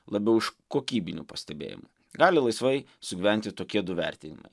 labiau iš kokybinių pastebėjimų gali laisvai sugyventi tokie du vertinimai